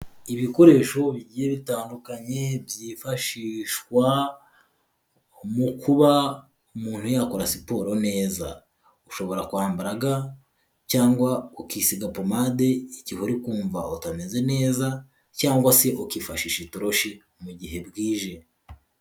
Ibikoresho bigiye bitandukanye byifashishwa mu kuba umuntu yakora siporo neza ushobora kwambara ga cyangwa ukisiga pomade igihe uri kumva utameze neza cyangwa se ukifashisha itoroshi mu gihe bwije.